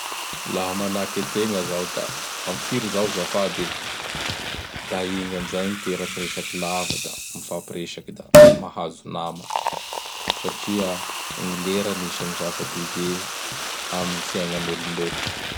Laha manaky ategna zao da: ''amin'ny firy izao azafady e?" Da igny ami zay miteraky resaky lava da mifampiresaky; da mahazo nama satria gn lera gn'anisan'ny zava-dehibe am fiaignan'olombelo.